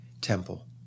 temple